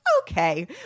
okay